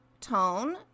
tone